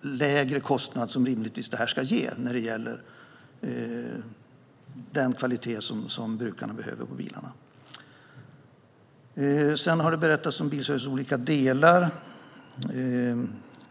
lägre kostnad detta rimligtvis ska ge när det gäller den kvalitet på bilarna som brukarna behöver. Det har berättats om bilstödets olika delar.